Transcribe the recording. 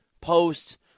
post-